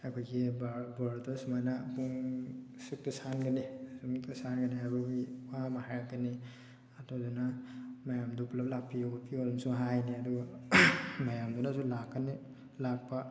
ꯑꯩꯈꯣꯏꯒꯤ ꯕꯣꯔꯗꯣ ꯁꯨꯃꯥꯏꯅ ꯄꯨꯡ ꯁꯨꯛꯇ ꯁꯥꯟꯒꯅꯤ ꯁꯤꯃꯨꯛꯇ ꯁꯥꯟꯒꯅꯤ ꯍꯥꯏꯕꯒꯤ ꯋꯥ ꯑꯃ ꯍꯥꯏꯔꯛꯀꯅꯤ ꯑꯗꯨꯗꯨꯅ ꯃꯌꯥꯝꯗꯨ ꯄꯨꯜꯂꯞ ꯂꯥꯛꯄꯤꯌꯣ ꯈꯣꯠꯄꯤꯌꯣꯅꯁꯨ ꯍꯥꯏꯔꯅꯤ ꯑꯗꯨꯒ ꯃꯌꯥꯝꯗꯨꯅꯁꯨ ꯂꯥꯛꯀꯅꯤ ꯂꯥꯛꯄ